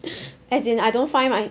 as in I don't find my